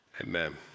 Amen